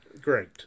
Great